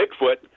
Bigfoot